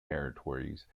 territories